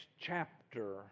chapter